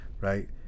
right